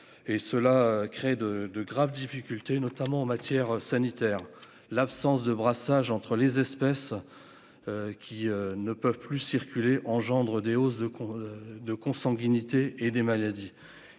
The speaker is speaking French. cela crée de de graves difficultés, notamment en matière sanitaire, l'absence de brassage entre les espèces. Qui ne peuvent plus circuler engendrent des hausses de con de consanguinité et des maladies